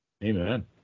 Amen